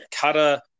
cutter